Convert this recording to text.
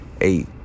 eight